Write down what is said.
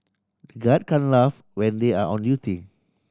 the guard can laugh when they are on duty